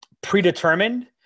predetermined